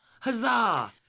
Huzzah